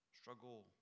struggle